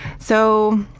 so,